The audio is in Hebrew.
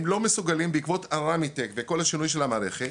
בעקבות הרמיטק וכל השינוי של המערכת